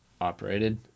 operated